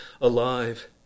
alive